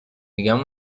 میگم